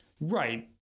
Right